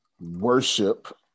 worship